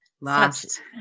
last